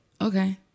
okay